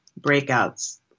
breakouts